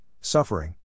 suffering